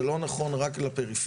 זה לא נכון רק לפריפריה,